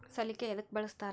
ಸಲಿಕೆ ಯದಕ್ ಬಳಸ್ತಾರ?